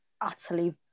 utterly